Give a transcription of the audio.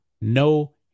no